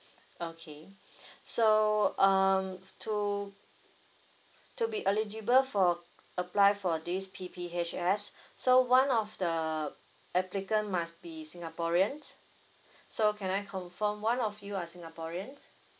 okay so um to to be eligible for apply for this P_P_H_S so one of the applicant must be singaporean so can I confirm one of you are singaporean